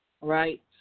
right